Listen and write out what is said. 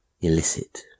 illicit